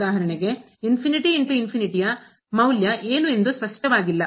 ಉದಾಹರಣೆಗೆ ಯ ಮೌಲ್ಯ ಏನು ಎಂದು ಸ್ಪಷ್ಟವಾಗಿಲ್ಲ